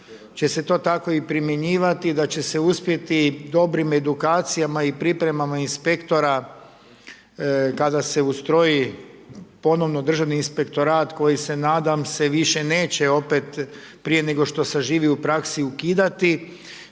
će se to tako i primjenjivati, i da će se uspjeti dobrim edukacijama i pripremama inspektora, kada se ustroji ponovno državni inspektorat, koji se, nadam se više neće, opet prije nego što saživi u praksi, ukidati,